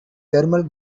thermal